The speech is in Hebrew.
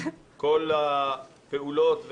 כל הפעולות,